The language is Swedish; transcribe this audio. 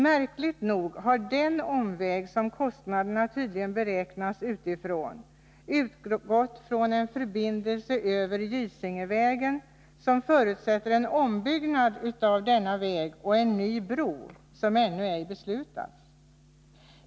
Märkligt nog har den omväg som kostnaderna tydligen beräknats utifrån utgått från en förbindelse över Gysingevägen, som förutsätter en ombyggnad av denna väg och en ny bro som ännu ej beslutats.